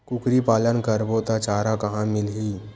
कुकरी पालन करबो त चारा कहां मिलही?